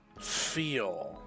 feel